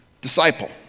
disciple